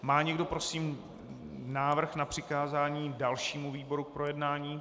Má někdo prosím návrh na přikázání dalšímu výboru k projednání?